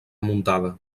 muntada